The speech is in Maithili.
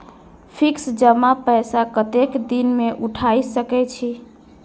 फिक्स जमा पैसा कतेक दिन में उठाई सके छी?